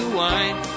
wine